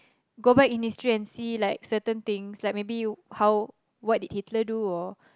go back in history and see like certain things like maybe how what did people do or